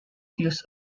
views